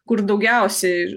kur daugiausiai